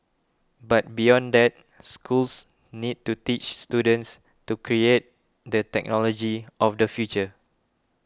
but beyond that schools need to teach students to create the technology of the future